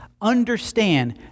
understand